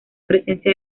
presencia